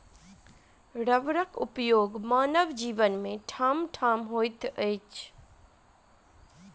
रबरक उपयोग मानव जीवन मे ठामठाम होइत छै